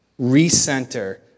recenter